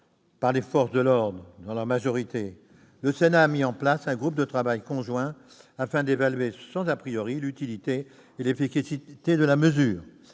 par les forces de l'ordre dans leur majorité, le Sénat a mis en place un groupe de travail conjoint afin d'évaluer, sans, l'utilité et l'efficacité de cette mesure.